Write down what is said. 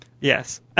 Yes